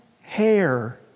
hair